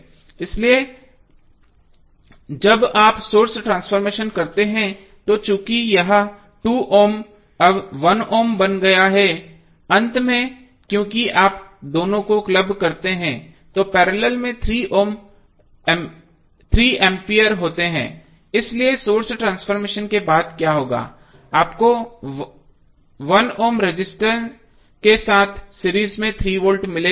इसलिए जब आप सोर्स ट्रांसफॉर्मेशन करते हैं तो चूंकि यह 2 ओम अब 1 ओम बन गया है अंत में क्योंकि आप दोनों को क्लब करते हैं तो पैरेलल में 3 एम्पीयर होते हैं इसलिए सोर्स ट्रांसफॉर्मेशन के बाद क्या होगा आपको 1 ओम रजिस्टर के साथ सीरीज में 3 वोल्ट मिलेगा